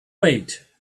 wait